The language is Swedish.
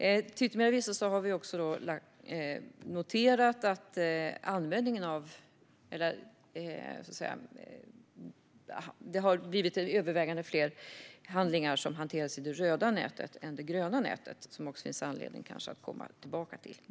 Till yttermera visso har vi också noterat att det har blivit övervägande fler handlingar som hanteras i det röda nätet än i det gröna nätet, som det kanske finns anledning att komma tillbaka till.